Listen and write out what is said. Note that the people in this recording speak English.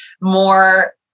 more